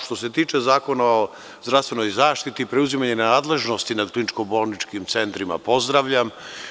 Što se tiče Zakona o zdravstvenoj zaštiti, preuzimanje nadležnosti nad kliničko-bolničkim centrima pozdravljam.